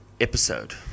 episode